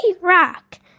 rock